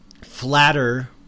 flatter –